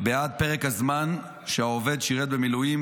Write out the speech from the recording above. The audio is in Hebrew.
בעד פרק הזמן שבו העובד שירת במילואים,